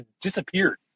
disappeared